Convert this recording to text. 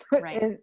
right